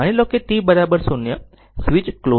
માની લો કે t 0 સ્વીચ ક્લોઝ છે